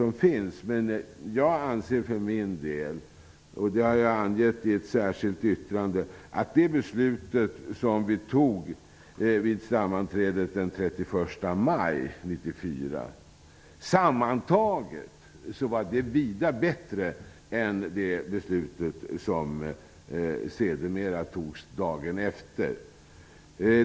Men jag anser för min del, vilket jag har angett i ett särskilt yttrande, att det beslut som vi fattade vid sammanträdet den 31 maj 1994 sammantaget var vida bättre än det beslut som fattades dagen efter.